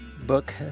Book